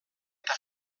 eta